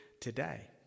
today